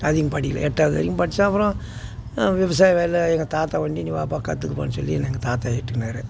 அதிகம் படிக்கலை எட்டாவது வரைக்கும் படிச்சேன் அப்புறோம் விவசாய வேலை எங்கள் தாத்தா வந்து நீ வாப்பா கற்றுக்கப்பான்னு சொல்லி என்ன எங்கள் தாத்தா இட்டுகின்னாரு